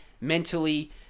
mentally